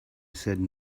said